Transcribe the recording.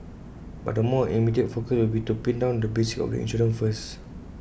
but the more immediate focus will be to pin down the basics of the insurance first